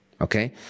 Okay